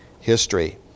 history